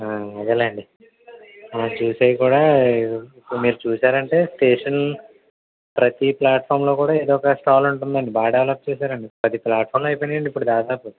ఆయ్ అదేలెండీ మనం చూసేయ్యి కూడా ఇప్పుడు మీరు చూశారంటే స్టేషన్ ప్రతీ ప్లాట్ఫామ్లో కూడా ఏదో ఒక స్టాల్ ఉంటుందండి బాగా డెవలప్ చేసారండి పది ప్లాట్ఫామ్లు అయిపోయినాయి అండి ఇప్పటి దాక అసలు